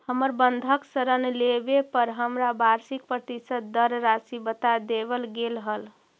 हमर बंधक ऋण लेवे पर हमरा वार्षिक प्रतिशत दर राशी बता देवल गेल हल